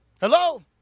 Hello